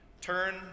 turn